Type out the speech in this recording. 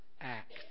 act